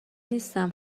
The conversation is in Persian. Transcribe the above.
نیستم